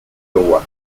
iowa